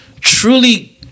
truly